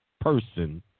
person